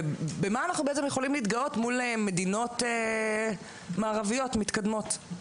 ובמה אנחנו יכולים להתגאות מול מדינות מערביות מתקדמות.